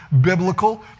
biblical